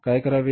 काय करावे